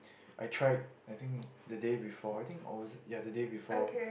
I tried I think the day before I think or was ya the day before